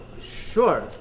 sure